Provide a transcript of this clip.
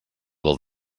del